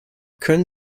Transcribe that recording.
können